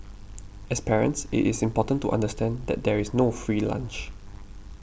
as parents it is important to understand that there is no free lunch